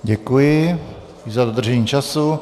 Děkuji i za dodržení času.